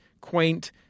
quaint